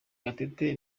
gatete